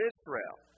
Israel